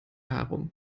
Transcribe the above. herum